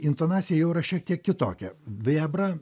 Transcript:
intonacija jau yra šiek tiek kitokia vėbra